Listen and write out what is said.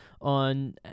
on